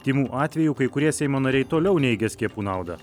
tymų atvejų kai kurie seimo nariai toliau neigia skiepų naudą